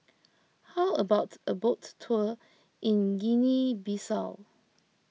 how about a boat tour in Guinea Bissau